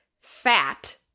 fat